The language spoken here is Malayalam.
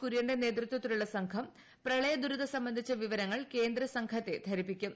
കുര്യന്റെ നേതൃത്വത്തിലുള്ള സംഘം പ്രളയദുരിതം സംബന്ധിച്ച വിവരങ്ങൾ കേന്ദ്ര സംഘത്തെ ധരിപ്പിക്കും